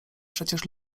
przecież